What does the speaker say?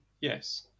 Yes